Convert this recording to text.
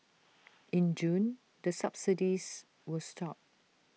in June the subsidies were stopped